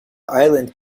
island